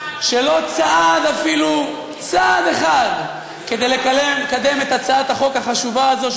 שלא צעד אפילו צעד אחד כדי לקדם את הצעת החוק החשובה הזאת,